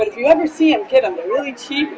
but if you ever see a kid i'm really cheap